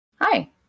Hi